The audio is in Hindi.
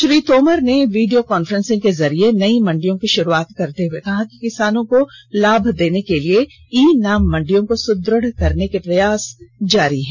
श्री तोमर ने वीडियो कांफ्रेंसिंग के जरिए नयी मंडियों की शुरूआत करते हुए कहा कि किसानों को लाभ देने के लिए ई नाम मंडियों को सुदुढ करने के प्रयास जारी है